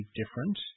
different